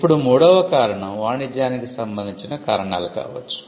ఇప్పుడు మూడవ కారణం వాణిజ్యానికి సంబంధించిన కారణాలు కావచ్చు